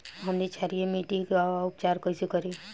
हमनी क्षारीय मिट्टी क उपचार कइसे करी?